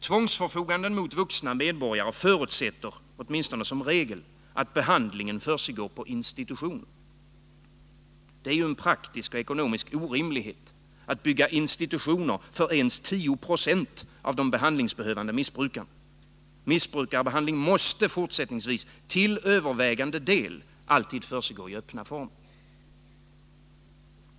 Tvångsförfogandet mot vuxna medborgare förutsätter — åtminstone som regel — att behandlingen försiggår på institutioner. Det är en praktisk och ekonomisk orimlighet att bygga institutioner för ens 10 20 av de behandlingsbehövande missbrukarna. Missbrukarbehandlingen måste fortsättningsvis till övervägande del alltid försiggå i öppna former.